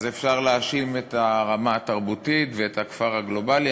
אז אפשר להאשים את הרמה התרבותית ואת הכפר הגלובלי.